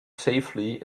safely